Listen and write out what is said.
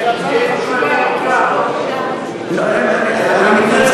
אני מתנצל,